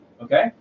Okay